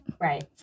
Right